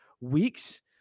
weeks